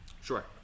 Sure